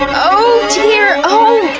and oh dear, oh